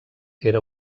era